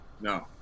No